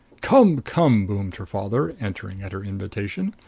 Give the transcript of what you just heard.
come, come! boomed her father, entering at her invitation.